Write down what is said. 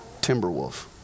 Timberwolf